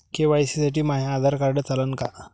KYC साठी माह्य Aadhaar card चालन का?